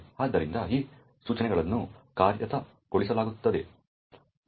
ಆದ್ದರಿಂದ ಈ ಸೂಚನೆಗಳನ್ನು ಕಾರ್ಯಗತಗೊಳಿಸಲಾಗುವುದು ಎಂದರ್ಥ